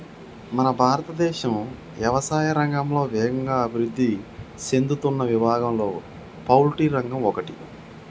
మన భారతదేశం యవసాయా రంగంలో వేగంగా అభివృద్ధి సేందుతున్న విభాగంలో పౌల్ట్రి రంగం ఒకటి